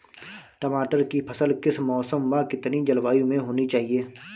टमाटर की फसल किस मौसम व कितनी जलवायु में होनी चाहिए?